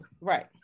right